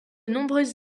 nombreuses